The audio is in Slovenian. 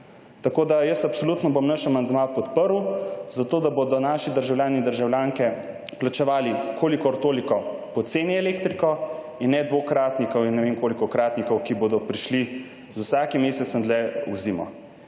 prišli. Jaz absolutno bom naš amandma podprl, da bodo naši državljani in državljanke plačevali kolikor toliko poceni elektriko in ne dvokratnikov in ne vem koliko kratnikov, ki bodo prišli z vsakim mesecem dlje v zimo.